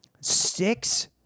six